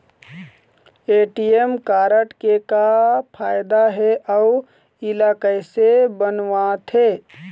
ATM card के का फायदा हे अऊ इला कैसे बनवाथे?